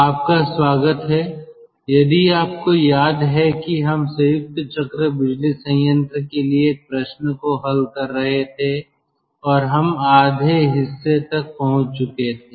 आपका स्वागत है यदि आपको याद है कि हम संयुक्त चक्र बिजली संयंत्र के लिए एक प्रश्न को हल कर रहे थे और हम आधे हिससे तक पहुंच चुके थे